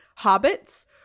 hobbits